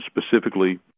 specifically